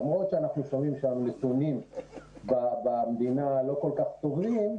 למרות שאנחנו שומעים שהנתונים במדינה לא כל כך טובים,